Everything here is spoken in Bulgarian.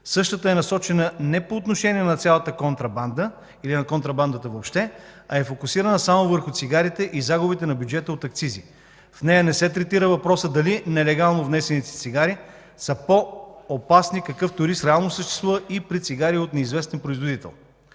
същата е насочена не по отношение на цялата контрабанда или на контрабандата въобще, а е фокусирана само върху цигарите и загубите на бюджета от акцизи. В нея не се третира въпросът дали нелегално внесените цигари са по-опасни, какъвто риск реално съществува и при цигари от неизвестен производител.